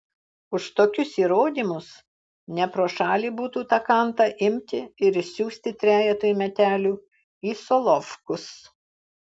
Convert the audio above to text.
už tokius įrodymus ne pro šalį būtų tą kantą imti ir išsiųsti trejetui metelių į solovkus